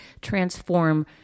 transform